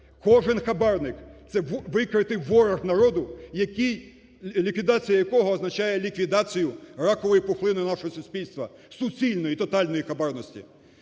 Кожен хабарник це викритий ворог народу, ліквідація якого означає ліквідацію ракової пухлини нашого суспільства, суцільної, тотальної і